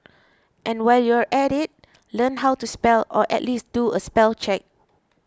and while you're at it learn how to spell or at least do a spell check